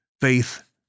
Faith